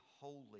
holy